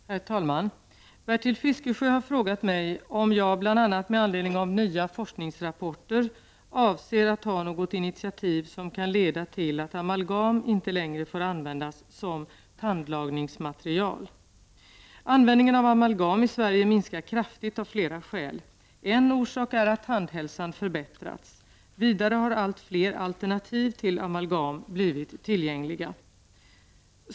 Herr talman! Bertil Fiskesjö har frågat mig om jag, bl.a. med anledning av nya forskningsrapporter, avser att ta något initiativ, som kan leda till att amalgam inte längre får användas som tandlagningsmaterial. Användningen av amalgam i Sverige minskar kraftigt av flera skäl. En orsak är att tandhälsan förbättrats. Vidare har allt fler alternativ till amalgam blivit tillgängliga.